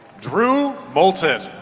drew moulton.